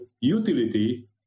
utility